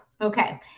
Okay